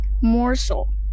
morsel